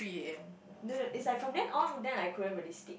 no no it's like from then on then I couldn't really sleep